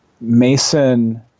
Mason